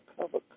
cover